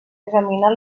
examinar